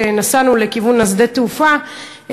כשנסענו לכיוון שדה התעופה,